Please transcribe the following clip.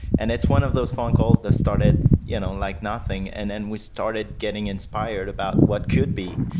and it's one of those phone calls that started you know like nothing. and then we started getting inspired about what could be.